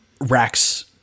Racks